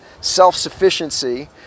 self-sufficiency